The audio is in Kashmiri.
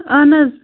اَہَن حظ